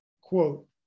quote